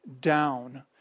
down